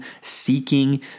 seeking